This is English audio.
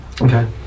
Okay